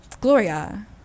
Gloria